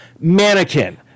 Mannequin